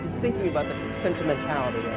thinking about the sentimentality